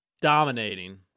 dominating